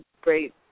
great